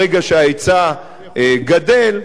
ברגע שההיצע גדל,